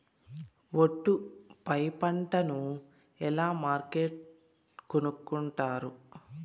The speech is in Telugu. ఒట్టు పై పంటను ఎలా మార్కెట్ కొనుక్కొంటారు?